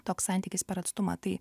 toks santykis per atstumą tai